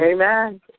Amen